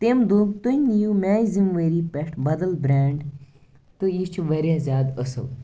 تٔمۍ دوٚپ تُہۍ نِیُو میانہِ ذِمہٕ ؤٲری پٮ۪ٹھ بدل برٛینٛڈ تہٕ یہِ چھُ واریاہ زیادٕ اصٕل